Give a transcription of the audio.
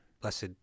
Blessed